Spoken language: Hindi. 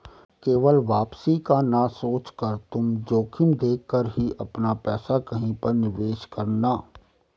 केवल वापसी का ना सोचकर तुम जोखिम देख कर ही अपना पैसा कहीं पर निवेश करना